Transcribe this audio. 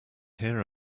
hear